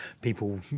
people